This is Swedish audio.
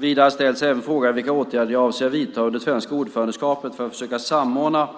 Vidare ställs frågan vilka åtgärder jag avser att vidta under det svenska ordförandeskapet för att försöka samordna